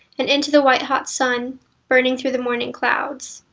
and into the white hot sun burning through the morning clouds.